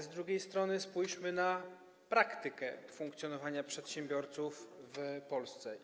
Z drugiej strony spójrzmy na praktykę funkcjonowania przedsiębiorców w Polsce.